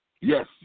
Yes